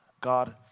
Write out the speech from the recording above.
God